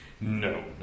No